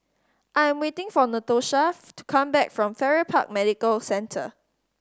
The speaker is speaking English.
I am waiting for Natoshath to come back from Farrer Park Medical Centre